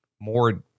more